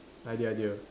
idea idea